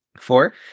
Four